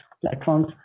platforms